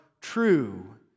true